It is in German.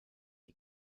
die